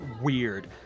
weird